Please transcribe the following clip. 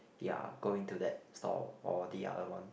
ya going to that stall or the other one